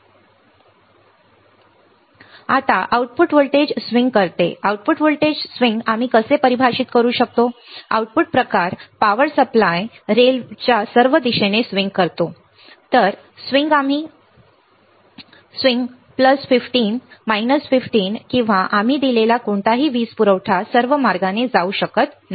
आता output voltage output voltage swing करते output voltage swing आम्ही कसे परिभाषित करू शकतो आउटपुट प्रकार पॉवर सप्लाय रेलच्या सर्व दिशेने स्विंग करतो प्लस 5 प्लस 15 वजा 15 किंवा आम्ही दिलेला कोणताही वीज पुरवठा सर्व मार्गाने जाऊ शकत नाही